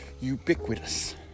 ubiquitous